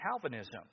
Calvinism